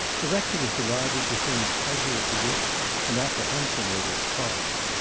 the rector was divided between pleasure at the gift and apprehension at its cost,